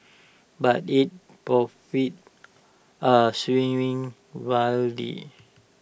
but its profits are swinging wildly